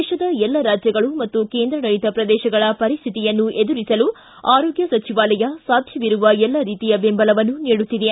ದೇಶದ ಎಲ್ಲ ರಾಜ್ಯಗಳು ಮತ್ತು ಕೇಂದ್ರಾಡಳಿತ ಪ್ರದೇಶಗಳ ಪರಿಶ್ವಿತಿಯನ್ನು ಎದುರಿಸಲು ಆರೋಗ್ಯ ಸಚಿವಾಲಯ ಸಾಧ್ಯವಿರುವ ಎಲ್ಲ ರೀತಿಯ ಬೆಂಬಲವನ್ನು ನೀಡುತ್ತಿದೆ